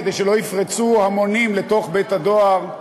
כדי שלא יפרצו המונים לתוך בית-הדואר.